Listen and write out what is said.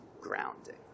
grounding